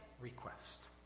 request